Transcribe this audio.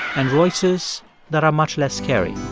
and voices that are much less scary